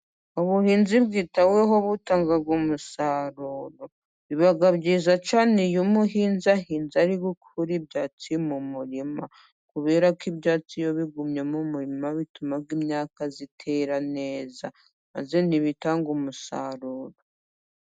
Ubuhinzi bwitaweho butanga umusaruro. Biba byiza cyane iyo umuhinzi ahinze ari gukura ibyatsi mu murima. Kubera ko ibyatsi iyo bigumye mu murima, bituma imyaka itera neza maze ntibitange umusaruro.